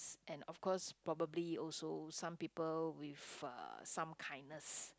and of course probably also some people with a some kindness